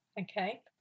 okay